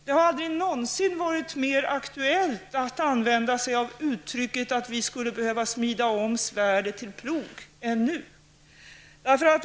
Det har aldrig någonsin varit mer aktuellt att använda uttrycket att vi skulle behöva smida om svärdet till plog ännu.